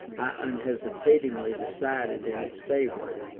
unhesitatingly decided in its favour,